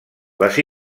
les